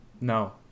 No